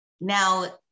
Now